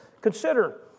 consider